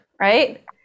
right